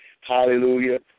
hallelujah